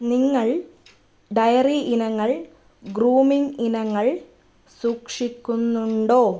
നിങ്ങൾ ഡയറി ഇനങ്ങൾ ഗ്രൂമിംഗ് ഇനങ്ങൾ സൂക്ഷിക്കുന്നുണ്ടോ